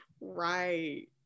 Right